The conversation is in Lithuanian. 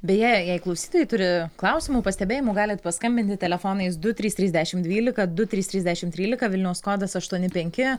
beje jei klausytojai turi klausimų pastebėjimų galit paskambinti telefonais du trys trys dešimt dvylika du trys trys dešimt trylika vilniaus kodas aštuoni penki